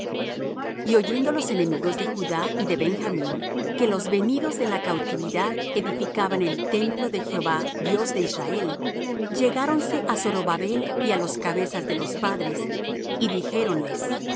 y oyendo los enemigos de judá y de benjamín que los venidos de la cautividad edificaban el templo de jehová dios de israel llegáronse á zorobabel y á los cabezas de los padres y